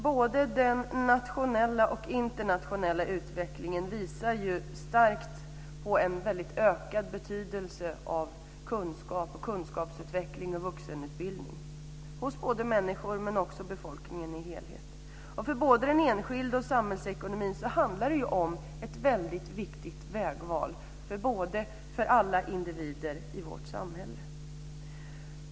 Både den nationella och den internationella utvecklingen visar starkt på en ökad betydelse av kunskap, kunskapsutveckling och vuxenutbildning hos enskilda människor och befolkningen i sin helhet. För både den enskilde och samhällsekonomin handlar det om ett väldigt viktigt vägval när det gäller alla individer i vårt samhälle.